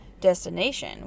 destination